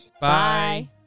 Bye